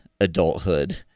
adulthood